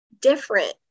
different